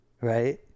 right